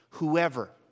Whoever